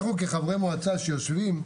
אנחנו, כחברי מועצה שיושבים,